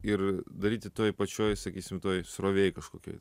ir daryti toje pačioj sakysim toj srovėj kažkokioj